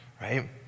right